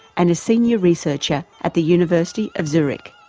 and a senior researcher at the university of zurich.